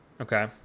okay